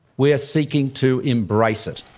we are seeking to embrace it.